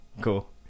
cool